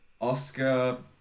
Oscar